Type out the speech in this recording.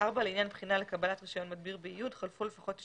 לעניין בחינה לקבלת רישיון מדביר באיוד חלפו לפחות 9